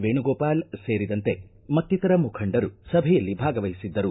ವೇಣುಗೋಪಾಲ ಸೇರಿದಂತೆ ಮತ್ತಿತರ ಮುಖಂಡರು ಸಭೆಯಲ್ಲಿ ಭಾಗವಹಿಸಿದ್ದರು